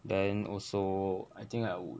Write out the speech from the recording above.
then also I think I would